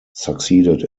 succeeded